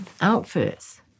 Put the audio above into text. outfits